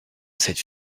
cette